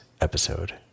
episode